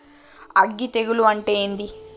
అగ్గి తెగులు అంటే ఏంది?